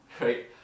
right